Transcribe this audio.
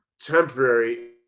temporary